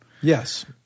Yes